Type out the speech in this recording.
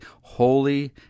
holy